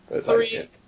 Three